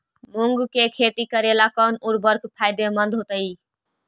मुंग के खेती करेला कौन उर्वरक फायदेमंद होतइ?